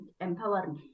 empowering